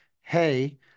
hey